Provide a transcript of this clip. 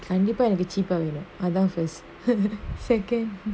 கன்டிப்பா எனக்கு:kandippa enaku cheap ah வேணு அதா:venu athaa first second